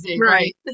right